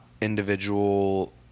individual